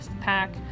pack